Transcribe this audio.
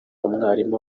umwarimu